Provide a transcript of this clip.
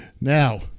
Now